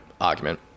argument